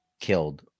killed